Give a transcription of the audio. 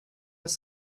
was